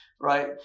right